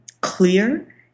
clear